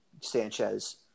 Sanchez